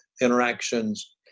interactions